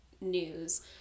news